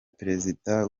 perezida